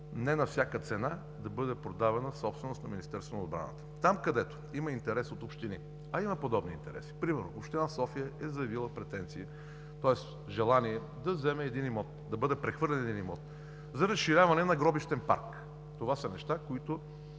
Не на всяка цена да бъде продавана собственост на Министерството на отбраната. Там, където има интерес от общини, а има подобни интереси примерно община София е заявила желание да й бъде прехвърлен един имот за разширяване на гробищен парк. Това са неща, които,